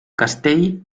castell